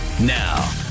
now